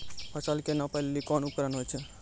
फसल कऽ नापै लेली कोन उपकरण होय छै?